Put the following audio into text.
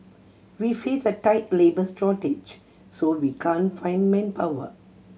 we face a tight labours shortage so we can't find manpower